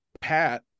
pat